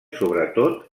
sobretot